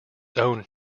own